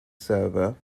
server